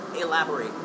Elaborate